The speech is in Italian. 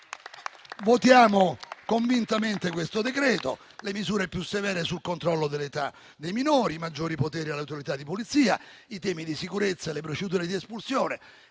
votiamo convintamente a favore di questo decreto-legge: misure più severe sul controllo dell'età dei minori, maggiori poteri alle autorità di polizia, i temi della sicurezza e le procedure di espulsione,